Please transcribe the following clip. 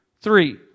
three